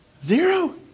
Zero